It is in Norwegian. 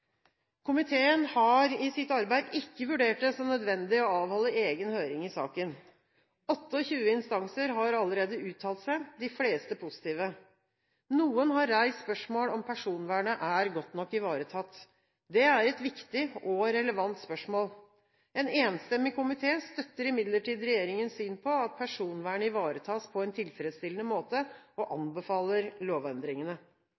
Komiteen har i sitt arbeid ikke vurdert det som nødvendig å avholde egen høring i saken. 28 instanser har allerede uttalt seg, de fleste positive. Noen har reist spørsmål om personvernet er godt nok ivaretatt. Det er et viktig og relevant spørsmål. En enstemmig komité støtter imidlertid regjeringens syn på at personvernet ivaretas på en tilfredsstillende måte – og